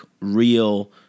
real